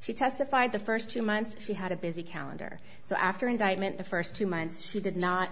she testified the first two months she had a busy calendar so after indictment the first two months she did not